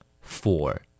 four